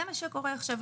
זה מה שקורה עכשיו,